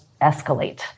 escalate